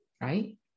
right